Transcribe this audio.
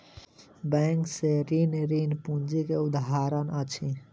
bank से ऋण, ऋण पूंजी के उदाहरण अछि